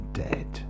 dead